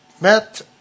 met